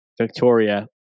Victoria